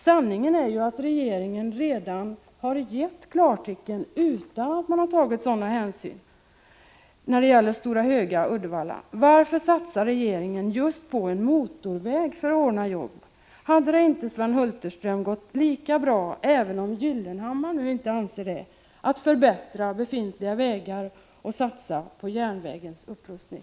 Sanningen är ju att regeringen redan har gett klartecken utan att ha tagit sådana hänsyn när det gäller motorvägen Stora Höga-Uddevalla. Varför satsade regeringen just på en motorväg för att ordna jobb? Hade det inte gått lika bra — även om inte Gyllenhammar anser det — att förbättra befintliga vägar och satsa på järnvägens upprustning?